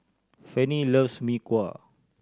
Fanny loves Mee Kuah